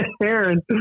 Aaron